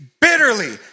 bitterly